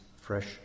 fresh